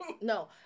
No